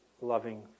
loving